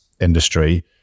industry